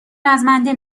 رزمنده